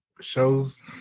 Shows